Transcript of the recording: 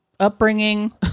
upbringing